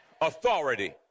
authority